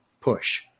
push